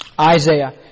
Isaiah